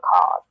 card